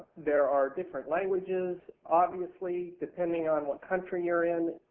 there are different languages. obviously, depending on what country youire in,